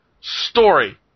story